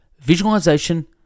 visualization